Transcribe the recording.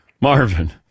Marvin